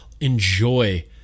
enjoy